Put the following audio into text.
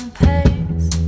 pace